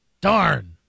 Darn